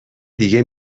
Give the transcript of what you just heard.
دیگه